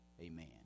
Amen